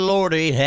Lordy